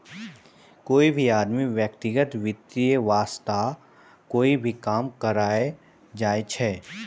कोई भी आदमी व्यक्तिगत वित्त वास्तअ कोई भी काम करअ सकय छै